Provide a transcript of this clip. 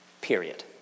Period